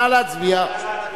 נא להצביע.